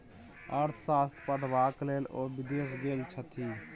अर्थशास्त्र पढ़बाक लेल ओ विदेश गेल छथि